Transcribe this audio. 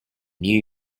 new